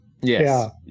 Yes